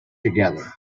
together